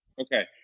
Okay